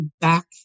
back